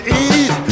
eat